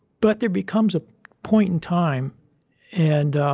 but, there becomes a point in time and, um,